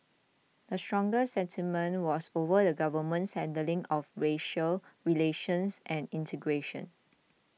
the strongest sentiment was over the Government's handling of racial relations and integration